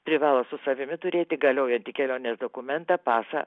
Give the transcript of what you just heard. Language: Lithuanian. privalo su savimi turėti galiojantį kelionės dokumentą pasą